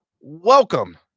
welcome